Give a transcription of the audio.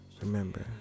Remember